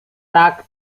tak